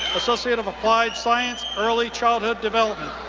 associate of applied science, early childhood development.